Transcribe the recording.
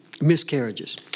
miscarriages